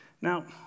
Now